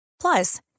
Plus